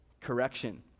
correction